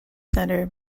center